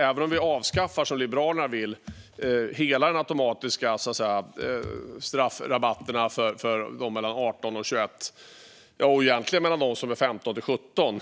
Även om vi, som Liberalerna vill, helt avskaffar de automatiska straffrabatterna för personer mellan 18 och 21 år, och egentligen också för dem som är mellan 15 och 17